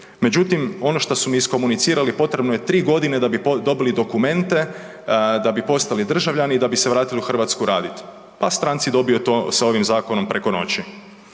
međutim, ono što su mi iskomunicirali, potrebno je 3 godine da bi dobili dokumente, da bi postali državljani i da bi se vratili u Hrvatsku raditi. Pa stranci dobiju to s ovim zakonom preko noći.